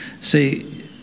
See